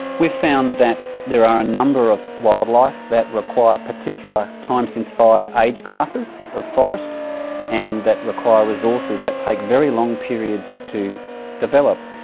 we've found that there are a number of wildlife that require particular time-since-fire age classes of forest and that require resources that take very long periods to develop,